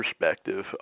perspective